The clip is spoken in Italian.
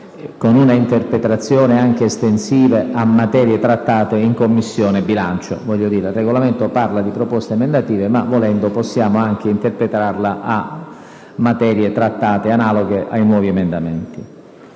con un'interpretazione anche estensiva, a materie trattate in Commissione bilancio. Il Regolamento parla di proposte emendative, ma, volendo, possiamo interpretarlo anche con riferimento a materie trattate analoghe ai nuovi emendamenti.